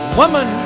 woman